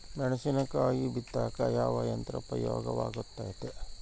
ಮೆಣಸಿನಕಾಯಿ ಬಿತ್ತಾಕ ಯಾವ ಯಂತ್ರ ಉಪಯೋಗವಾಗುತ್ತೆ?